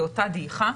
זו אותה דעיכה.